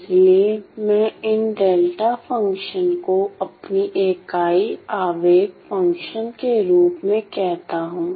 इसलिए मैं इन डेल्टा फ़ंक्शंस को अपनी इकाई आवेग फ़ंक्शन के रूप में कहता हूं